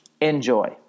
Enjoy